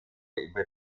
über